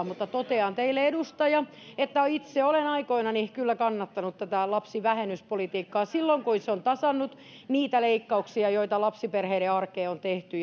mutta totean teille edustaja että itse olen aikoinani kyllä kannattanut tätä lapsivähennyspolitiikkaa silloin kun se on tasannut niitä leikkauksia joita lapsiperheiden arkeen on tehty